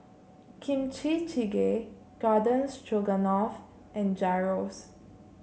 Kimchi Jjigae Garden Stroganoff and Gyros